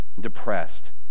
depressed